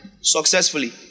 successfully